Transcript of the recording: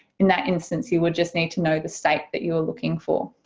and that instance you would just need to know the state that you are looking for.